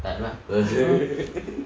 tak ada apa-apa